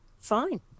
fine